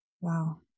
Wow